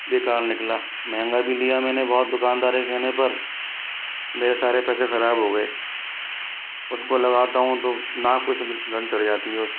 बेकार निकला महंगा भी लिया मैंने बहुत दुकानदार के कहने पर मेरे सारे पैसे खराब हो गये उसको लगाता हूँ तो नाक पर सु सुगंध चढ़ जाती है उसकी